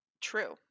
True